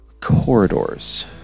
Corridors